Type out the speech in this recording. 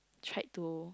tried to